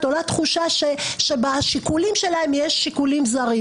עולה תחושה שבשיקולים שלהם יש שיקולים זרים.